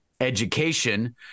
education